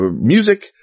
music